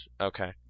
Okay